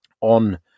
on